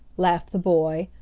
laughed the boy,